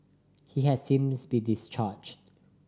he has since be discharged